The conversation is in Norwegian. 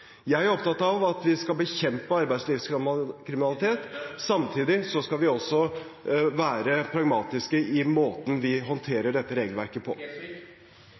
Jeg er opptatt av at vi skal bekjempe arbeidslivskriminalitet. Samtidig skal vi være pragmatiske i måten vi håndterer dette regelverket på.